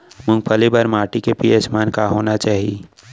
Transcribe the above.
मूंगफली बर माटी के पी.एच मान का होना चाही?